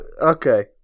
Okay